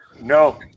No